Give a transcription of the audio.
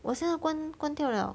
我现在关关掉 liao